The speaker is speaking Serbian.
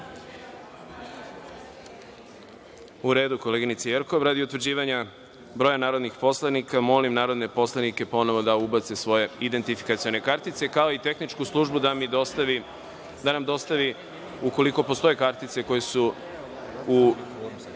redu, koleginice Jerkov. Radi utvrđivanja broja narodnih poslanika, molim narodne poslanike ponovo da ubace svoje identifikacione kartice, kao i tehničku službu da nam dostavi, ukoliko postoje kartice koje su u